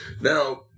Now